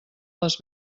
les